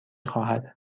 خواهد